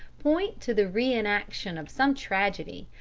point to the re-enaction of some tragedy,